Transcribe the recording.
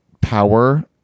power